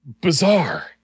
bizarre